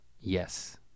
Yes